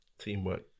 Teamwork